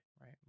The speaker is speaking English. right